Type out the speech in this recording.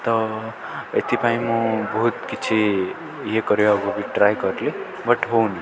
ତ ଏଥିପାଇଁ ମୁଁ ବହୁତ କିଛି ଇଏ କରିବାକୁ ବି ଟ୍ରାଏ କଲି ବଟ୍ ହେଉନି